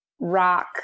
rock